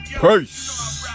Peace